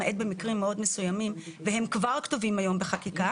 למעט במקרים מאוד מסוימים והם כבר כתובים היום בחקיקה.